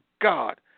God